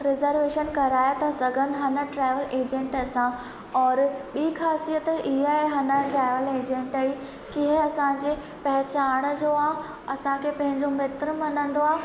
reservation कराए था सघनि हना ट्रेवल एजेंट सां औरि ॿी ख़ासियत इहा आहे हना ट्रेवल एजेंट ई की इहो असांजे पहचान जो आहे असांखे पंहिंजो मित्र मञंदो आहे